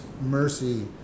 mercy